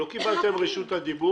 לא קיבלתם את רשות הדיבור.